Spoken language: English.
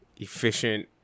efficient